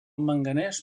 manganès